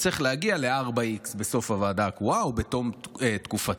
וצריך להגיע ל-4x בסוף הוועדה הקרואה או בתום תקופתה.